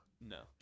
No